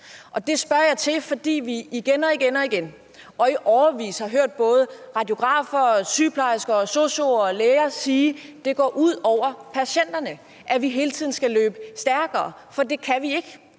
Og det spørger jeg til, fordi vi igen og igen og i årevis har hørt både radiografer, sygeplejersker, SOSU'er og læger sige: Det går ud over patienterne, at vi hele tiden skal løbe stærkere, for det kan vi ikke.